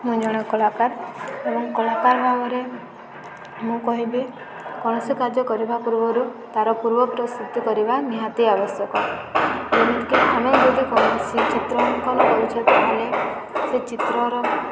ମୁଁ ଜଣେ କଳାକାର ଏବଂ କଳାକାର ଭାବରେ ମୁଁ କହିବି କୌଣସି କାର୍ଯ୍ୟ କରିବା ପୂର୍ବରୁ ତାର ପୂର୍ବ ପ୍ରସ୍ତୁତି କରିବା ନିହାତି ଆବଶ୍ୟକ ଯେମିତିକି ଆମେ ଯଦି କୌଣସି ଚିତ୍ର ଅଙ୍କନ କରୁଛେ ତାହେଲେ ସେ ଚିତ୍ରର